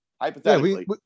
Hypothetically